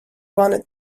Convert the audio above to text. wanted